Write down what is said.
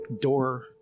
door